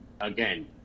again